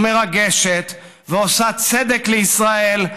מרגשת ועושה צדק עם ישראל,